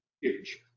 huge